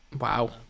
Wow